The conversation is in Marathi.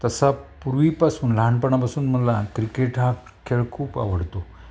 तसा पूर्वीपासून लहानपणापासून मला क्रिकेट हा खेळ खूप आवडतो